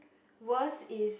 worst is